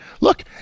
Look